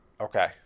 Okay